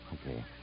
Okay